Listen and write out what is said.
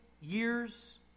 years